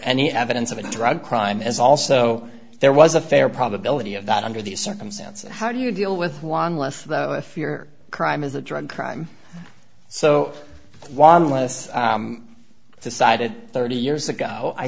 any evidence of a drug crime is also there was a fair probability of that under these circumstances how do you deal with one less fear crime is a drug crime so one less decided thirty years ago i